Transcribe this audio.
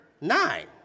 nine